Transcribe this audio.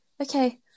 Okay